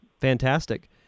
Fantastic